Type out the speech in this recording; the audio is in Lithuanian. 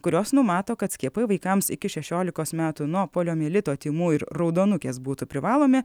kurios numato kad skiepai vaikams iki šešiolikos metų nuo poliomielito tymų ir raudonukės būtų privalomi